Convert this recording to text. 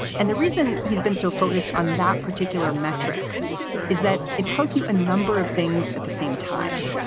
and the reason he's been so focused on that particular metric is that it tells you a number of things at the same time,